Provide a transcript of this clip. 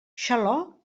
xaló